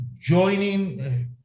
joining